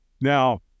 Now